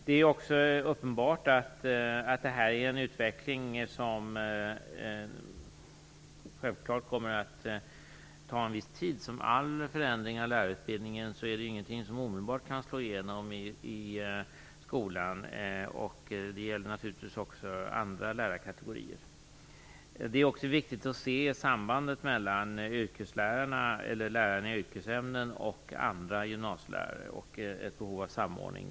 Det är uppenbart att utvecklingen här kommer att ta en viss tid. Liksom varje annan förändring av lärarutbildningen kan inte heller detta omedelbart slå igenom i skolan. Det gäller naturligtvis också andra lärarkategorier. Vidare är det viktigt att se sambandet mellan lärarna i yrkesämnen och andra gymnasielärare. Det är angeläget med en samordning.